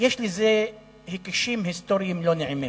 יש לזה היקשים היסטוריים לא נעימים.